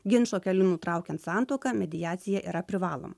ginčo keliu nutraukiant santuoką mediacija yra privaloma